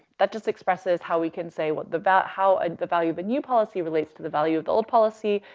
that just expresses how we can say what the va how ah, the value of a new policy relates to the value of the old policy.